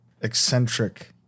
eccentric